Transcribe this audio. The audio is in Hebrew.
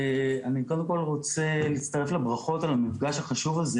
אני קודם כל רוצה להצטרף לברכות על המפגש החשוב הזה